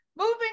Moving